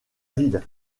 ville